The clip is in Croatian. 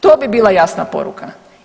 To bi bila jasna poruka.